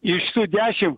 iš tų dešimt